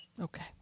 okay